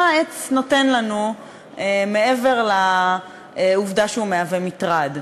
מה העץ נותן לנו מעבר לעובדה שהוא מהווה מטרד.